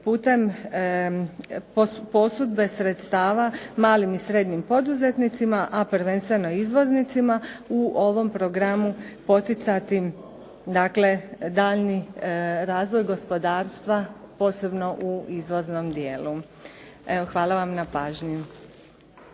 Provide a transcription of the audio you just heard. putem posudbe sredstava malim i srednjim poduzetnicima a prvenstveno izvoznicima, u ovom programu poticati daljnji razvoj gospodarstva, posebno u izvoznom dijelu. Evo, hvala vam na pažnji.